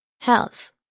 health